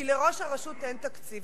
כי לראש הרשות אין תקציב.